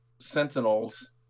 sentinels